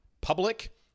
public